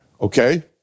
okay